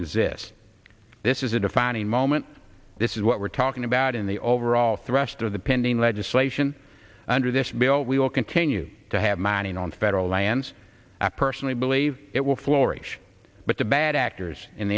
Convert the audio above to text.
exists this is a defining moment this is what we're talking about in the overall thrust of the pending legislation under this bill we will continue to have manning on federal lands i personally believe it will floor each but the bad actors in